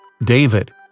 David